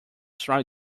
try